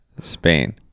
Spain